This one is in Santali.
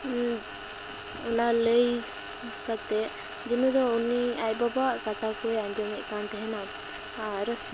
ᱚᱱᱟ ᱞᱟᱹᱭ ᱠᱟᱛᱮᱜ ᱫᱤᱱᱩ ᱫᱚ ᱩᱱᱤ ᱟᱡ ᱵᱟᱵᱟᱣᱟᱜ ᱠᱟᱛᱟᱷᱟ ᱠᱚᱭ ᱟᱡᱚᱢ ᱮᱫ ᱠᱟᱱ ᱛᱟᱦᱮᱱᱟ ᱟᱨ